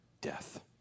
death